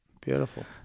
Beautiful